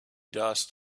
dust